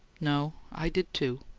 no. i did, too.